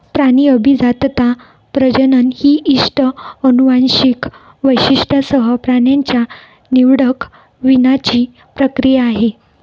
प्राणी अभिजातता, प्रजनन ही इष्ट अनुवांशिक वैशिष्ट्यांसह प्राण्यांच्या निवडक वीणाची प्रक्रिया आहे